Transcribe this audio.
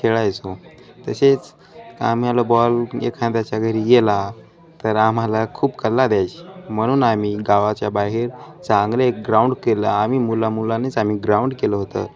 खेळायचो तसेच आम्हाला बॉल एखाद्याच्या घरी गेला तर आम्हाला खूप कल्ला द्यायची म्हणून आम्ही गावाच्या बाहेर चांगले एक ग्राउंड केलं आम्ही मुला मुलांनीच आमी ग्राउंड केलं होतं